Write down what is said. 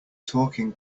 talking